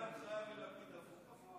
פתאום קיבל הנחיה מלפיד, הפוך.